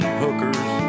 hookers